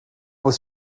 was